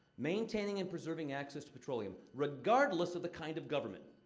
maintaining in preserving access to petroleum, regardless of the kind of government.